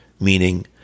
meaning